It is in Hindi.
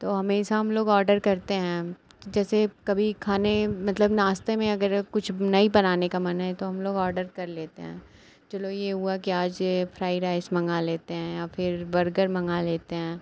तो हमेशा हम लोग ऑडर करते हैं हम जैसे कभी खाने मतलब नाश्ते में अगर कुछ नहीं बनाने का मन है तो हम लोग ऑडर कर लेते हैं चलो यह हुआ कि आज यह फ्राई राइस मँगा लेते हैं या फिर बर्गर मँगा लेते हैं